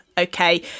okay